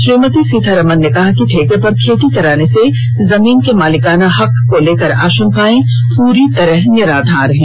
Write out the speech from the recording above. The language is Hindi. श्रीमती सीतारामन ने कहा कि ठेके पर खेती कराने से जमीन के मालिकाना हक को लेकर आशंकाएं पूरी तरह निराधार हैं